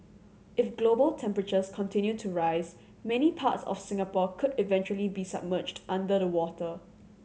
if global temperatures continue to rise many parts of Singapore could eventually be submerged under the water